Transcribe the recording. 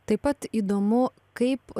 taip pat įdomu kaip